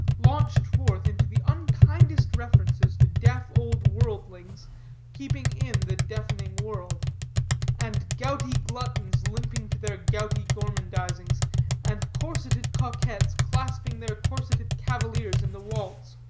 launched forth into the unkindest references to deaf old worldlings keeping in the deafening world and gouty gluttons limping to their gouty gormandizings and corseted coquets clasping their corseted cavaliers in the waltz,